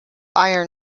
iron